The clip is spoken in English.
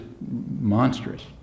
monstrous